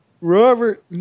Robert